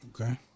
Okay